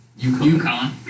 UConn